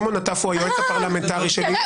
שמעון נטף הוא היועץ הפרלמנטרי שלי -- אה,